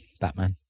Batman